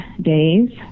days